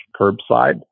curbside